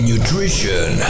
Nutrition